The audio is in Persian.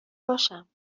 باشم